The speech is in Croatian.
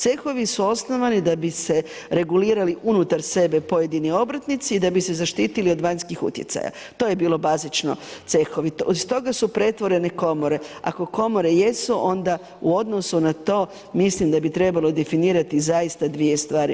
Cehovi su osnovani da bi se regulirali unutar sebe pojedini obrtnici i da bi se zaštitili od vanjskih utjecaja, to je bilo bazično cehovi i stoga su pretvorene komore, ako komore jesu onda u odnosu na to mislim da bi trebalo definirati zaista dvije stvari.